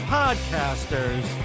podcasters